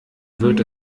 wird